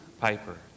Piper